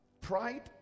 pride